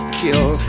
kill